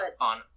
On